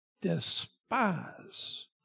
despise